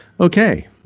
Okay